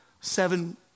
seven